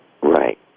Right